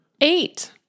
Eight